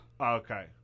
Okay